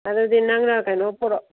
ꯑꯗꯨꯗꯤ ꯅꯪꯅ ꯀꯩꯅꯣ ꯄꯣꯔꯛꯑꯣ